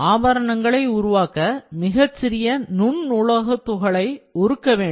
ஆபரணங்களை உருவாக்க மிகச்சிறிய நுண் உலோக துகளை உருக்க வேண்டும்